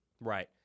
Right